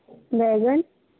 बैगन